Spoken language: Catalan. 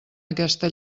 aquesta